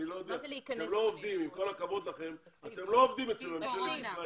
עם כל הכבוד לכם, אתם לא עובדים אצל ממשלת ישראל.